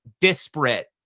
disparate